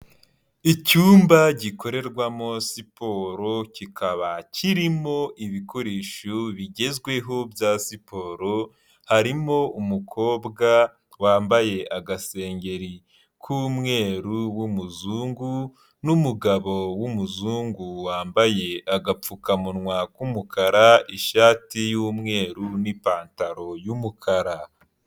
Icyumba gikorerwamo siporo kikaba kirimo ibikoresho bigezweho bya siporo, harimo umukobwa wambaye agasengeri k'umweru w'umuzungu n'umugabo w'umuzungu wambaye agapfukamunwa k'umukara, ishati y'umweru n'ipantaro y'umukara.